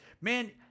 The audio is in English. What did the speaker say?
Man